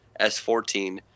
S14